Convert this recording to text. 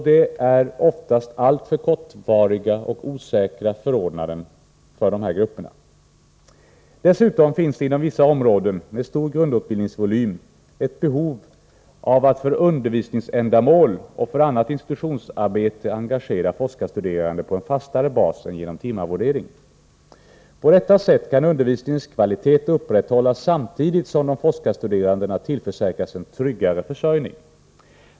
Det är oftast alltför kortvariga och osäkra förordnanden för de här grupperna. Dessutom finns det inom vissa områden med stor grundutbildningsvolym ett behov av att för undervisningsändamål och för annat institutionsarbete engagera forskarstuderande på en fastare bas än genom timarvodering. På detta sätt kan undervisningens kvalitet upprätthållas, samtidigt som de forskarstuderande tillförsäkras en tryggare försörjning.